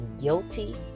guilty